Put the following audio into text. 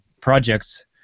projects